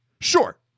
Sure